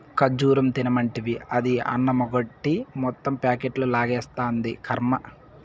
ఖజ్జూరం తినమంటివి, అది అన్నమెగ్గొట్టి మొత్తం ప్యాకెట్లు లాగిస్తాంది, కర్మ